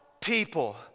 People